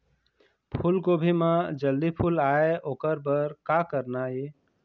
फूलगोभी म जल्दी फूल आय ओकर बर का करना ये?